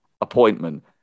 appointment